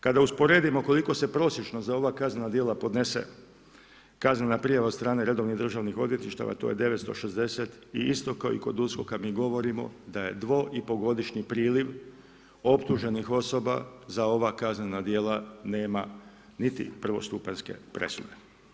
Kada usporedimo koliko se prosječno za ova kaznena djela podnese kaznenih prijava od strane redovnih državnih odvjetništava, to je 960 i isto kao i kod USKOK-a mi govorimo da je 2,5-godišnji priliv optuženih osoba za ova kaznena djela nema niti prvostupanjske presude.